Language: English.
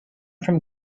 from